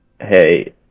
hey